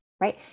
right